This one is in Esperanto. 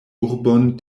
urbon